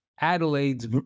Adelaide's